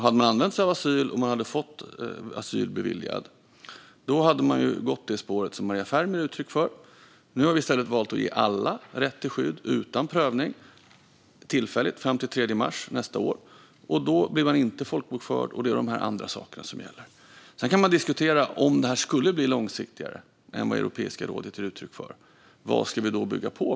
Hade vi använt asyl och om man hade beviljats asyl hade vi gått det spår som Maria Ferm nu ger uttryck för. Nu har vi i stället valt att ge alla rätt till tillfälligt skydd utan prövning, fram till den 3 mars nästa år. Då blir man inte folkbokförd, och det är de här andra sakerna som gäller. Sedan kan det diskuteras vad vi ska bygga på med om det här skulle bli mer långsiktigt än Europeiska rådet ger uttryck för.